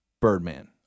Birdman